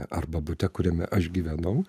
arba bute kuriame aš gyvenau